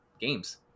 games